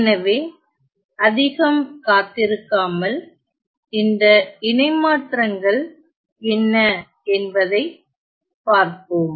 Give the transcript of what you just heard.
எனவே அதிகம் காத்திருக்காமல் இந்த இணைமாற்றங்கள் என்ன என்பதைப் பார்ப்போம்